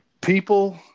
people